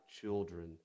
children